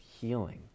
healing